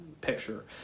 picture